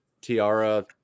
tiara